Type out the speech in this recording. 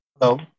Hello